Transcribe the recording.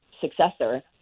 successor